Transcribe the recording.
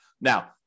Now